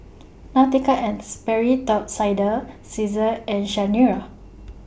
Nautica and Sperry Top Sider Cesar and Chanira